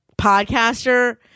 podcaster